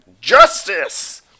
Justice